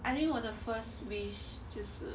I think 我的 first wish 就是